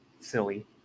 silly